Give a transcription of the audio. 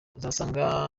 uzasanga